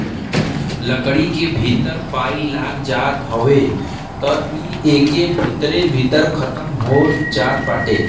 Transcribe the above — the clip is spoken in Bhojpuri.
लकड़ी के भीतर पाई लाग जात हवे त इ एके भीतरे भीतर खतम हो जात बाटे